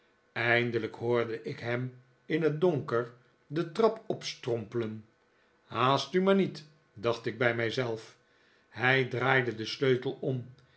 eindelijk hoorde ik hem in het donker de trap opstrompelen haast u maar niet dacht ik bij mij zelf hij draaide den sleutel om